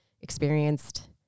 experienced